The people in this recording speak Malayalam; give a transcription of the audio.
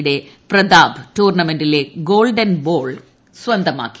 യുടെ പ്രതാപ് ടൂർണമെന്റിലെ ഗോൾഡൻ ബോൾ സ്വന്തമാക്കി